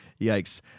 Yikes